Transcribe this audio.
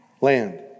Land